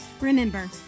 Remember